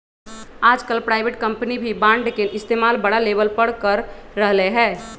आजकल private company भी bond के इस्तेमाल बड़ा लेवल पर कर रहले है